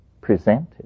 presented